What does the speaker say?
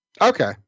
Okay